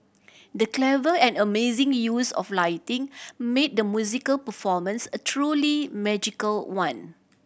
the clever and amazing use of lighting made the musical performance a truly magical one